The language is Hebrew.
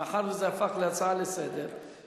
מאחר שזה הפך להצעה לסדר-היום,